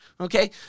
Okay